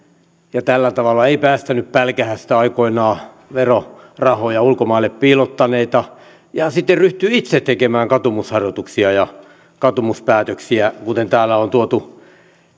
ja tällä tavalla ei päästänyt pälkähästä aikoinaan verorahoja ulkomaille piilottaneita ja sitten ryhtyi itse tekemään katumusharjoituksia ja katumuspäätöksiä kuten täällä on tuotu